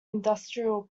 industrial